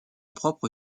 propre